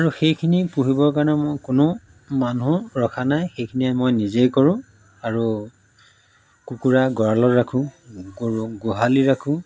আৰু সেইখিনি পুহিবৰ কাৰণে মই কোনো মানুহ ৰখা নাই সেইখিনিয়ে মই নিজেই কৰোঁ আৰু কুকুৰা গঁৰালত ৰাখোঁ গৰু গোহালি ৰাখোঁ